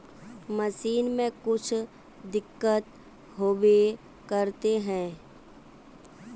Machine में कुछ दिक्कत होबे करते है?